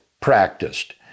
practiced